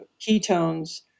ketones